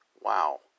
Wow